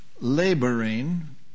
laboring